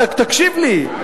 שקלת, תקשיב לי.